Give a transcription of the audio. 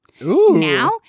Now